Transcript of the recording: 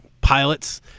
pilots